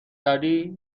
کردی